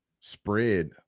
spread